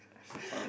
so far